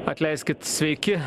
atleiskit sveiki